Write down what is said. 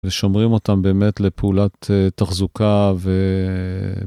ושומרים אותם באמת לפעולת תחזוקה ו...